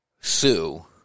sue